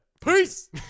Peace